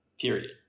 period